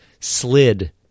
slid